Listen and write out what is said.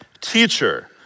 teacher